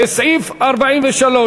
קבוצת סיעת מרצ,